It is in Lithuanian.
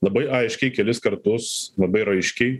labai aiškiai kelis kartus labai raiškiai